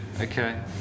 okay